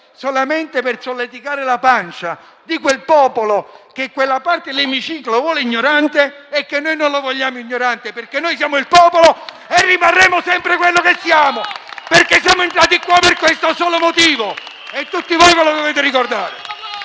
solamente per solleticare la pancia di quel popolo che quella parte dell'Assemblea vuole ignorante; noi invece non vogliamo che lo sia, perché siamo il popolo e rimarremo sempre quello che siamo: siamo entrati qua per questo solo motivo e tutti ve lo dovete ricordare!